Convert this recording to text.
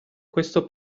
questo